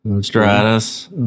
Stratus